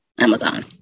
Amazon